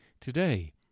Today